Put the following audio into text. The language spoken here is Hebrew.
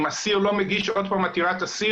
אם אסיר לא מגיש עוד פעם עתירת אסיר